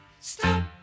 stop